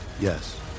Yes